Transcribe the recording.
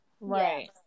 right